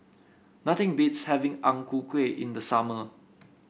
nothing beats having Ang Ku Kueh in the summer